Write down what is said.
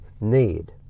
need